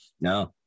No